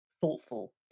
thoughtful